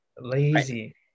Lazy